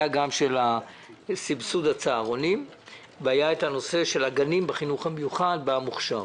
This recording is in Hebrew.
של סבסוד הצהרונים ואת הנושא של הגנים בחינוך המיוחד במוכש"ר.